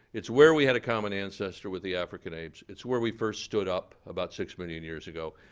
it's where we had a common ancestor with the african apes. it's where we first stood up about six million years ago.